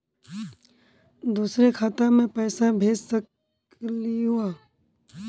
दुसरे खाता मैं पैसा भेज सकलीवह?